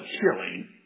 killing